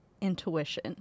intuition